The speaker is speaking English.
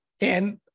And-